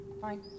Fine